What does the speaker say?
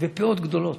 ופאות גדולות,